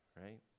right